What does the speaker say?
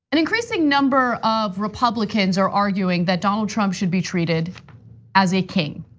and increasing number of republicans are arguing that donald trump should be treated as a king,